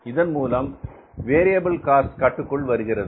இதன் மூலம் variable cost கட்டுக்குள் வருகிறது